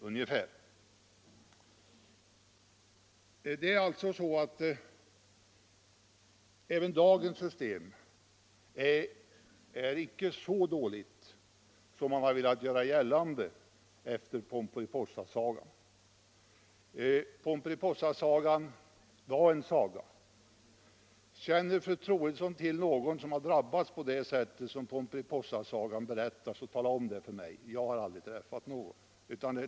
Dagens system är alltså inte så dåligt som man har velat göra gällande efter Pomperipossasagan. Den var en saga. Känner fru Troedsson till någon som har drabbats på det sätt som Pomperipossasagan berättar, så tala om det för mig! Jag har aldrig träffat någon.